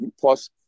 plus